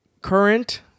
current